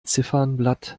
ziffernblatt